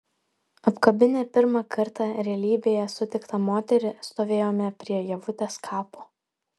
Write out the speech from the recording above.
apkabinę pirmą kartą realybėje sutiktą moterį stovėjome prie ievutės kapo